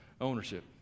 ownership